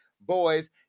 boys